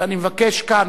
ואני מבקש כאן,